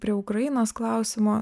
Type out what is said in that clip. prie ukrainos klausimo